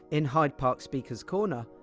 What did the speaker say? in hyde park speakers' corner,